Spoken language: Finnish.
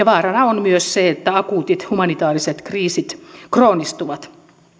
vaarana on myös se että akuutit humanitaariset kriisit kroonistuvat